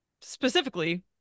specifically